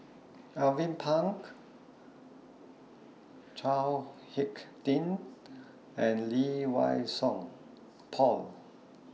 Alvin Pang Chao Hick Tin and Lee Wei Song Paul